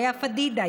לאה פדידה,